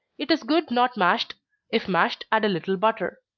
it is good not mashed if mashed, add a little butter.